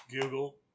Google